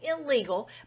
illegal